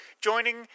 Joining